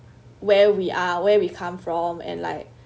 where we are where we come from and like